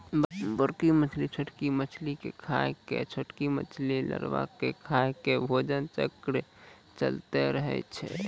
बड़की मछली छोटकी मछली के खाय के, छोटकी मछली लारवा के खाय के भोजन चक्र चलैतें रहै छै